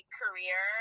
career